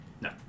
No